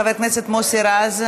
חבר הכנסת מוסי רז,